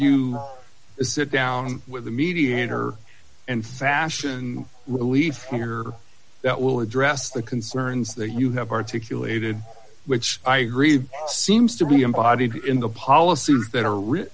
to sit down with a mediator and fashion relief here that will address the concerns that you have articulated which i grieve seems to be embodied in the policies that are wri